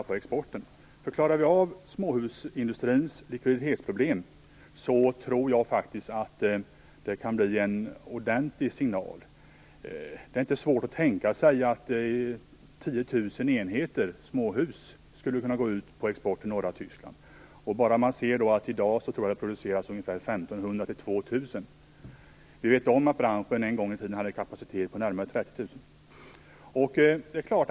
Om småhusindustrin klarar av sina likviditetsproblem, tror jag att det kan ge en ordentlig signal. Det är inte svårt att tänka sig 10 000 enheter småhus på export till norra Tyskland. Bara i dag produceras det 1 500-2 000 småhus. Vi vet att branschen en gång i tiden hade en kapacitet på närmare 30 000 småhus.